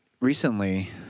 recently